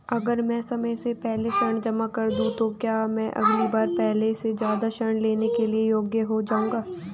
अगर मैं समय से पहले ऋण जमा कर दूं तो क्या मैं अगली बार पहले से ज़्यादा ऋण लेने के योग्य हो जाऊँगा?